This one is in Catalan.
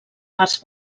parts